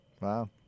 Wow